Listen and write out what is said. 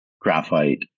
graphite